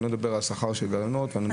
ואני לא מדבר על השכר של גננות וכן הלאה.